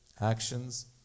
actions